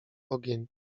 ogień